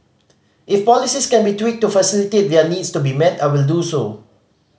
if policies can be tweaked to facilitate their needs to be met I will do so